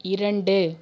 இரண்டு